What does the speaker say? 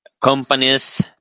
companies